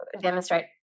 demonstrate